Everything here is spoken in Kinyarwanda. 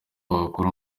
wakora